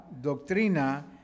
doctrina